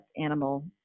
animal